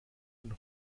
den